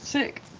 sick.